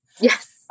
Yes